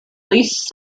least